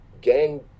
gang